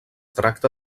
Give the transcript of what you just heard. tracta